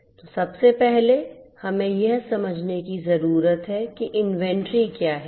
तो सबसे पहले हमें यह समझने की जरूरत है कि इन्वेंट्री क्या है